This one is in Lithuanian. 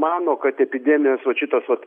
mano kad epidemijos vat šitas vat